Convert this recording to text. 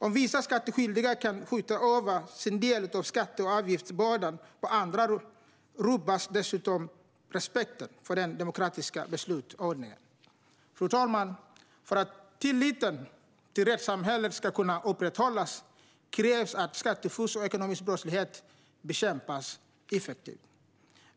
Om vissa skattskyldiga kan skjuta över sin del av skatte och avgiftsbördan på andra rubbas dessutom respekten för den demokratiska beslutsordningen. Fru talman! För att tilliten till rättssamhället ska kunna upprätthållas krävs att skattefusk och ekonomisk brottslighet bekämpas effektivt.